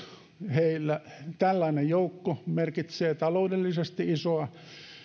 heille tällainen joukko merkitsee taloudellisesti isoa